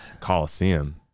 Coliseum